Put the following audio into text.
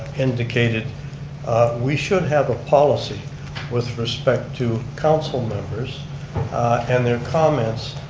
indicated we should have a policy with respect to council members and their comments,